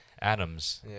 Adams